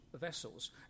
vessels